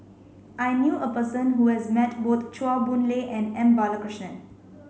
I knew a person who has met both Chua Boon Lay and M Balakrishnan